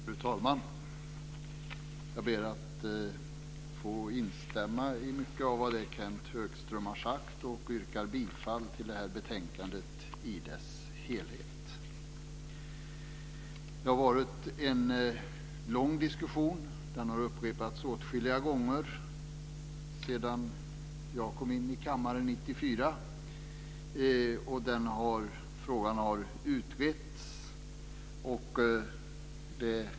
Fru talman! Jag ber att få instämma i mycket av vad Kenth Högström har sagt, och jag yrkar bifall till utskottets förslag i dess helhet. Det har varit en lång diskussion. Den har upprepats åtskilliga gånger sedan jag kom in i kammaren 1994. Frågan har utretts.